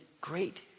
great